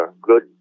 good